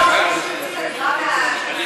באמת, נראה לי שיוציאו, מהדירה?